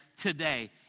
today